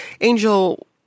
Angel